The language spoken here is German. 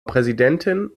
präsidentin